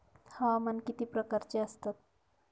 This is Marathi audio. हवामान किती प्रकारचे असतात?